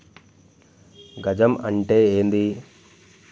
గజం అంటే ఏంది?